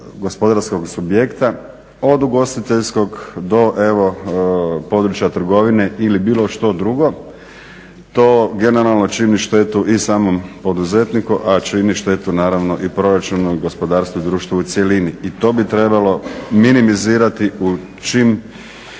gospodarskog subjekta od ugostiteljskog do područja trgovine ili bilo što drugo. To generalno čini štetu i samom poduzetniku, a čini štetu naravno i proračunu i gospodarstvu i društvu u cjelini. I to bi trebalo minimizirati u čim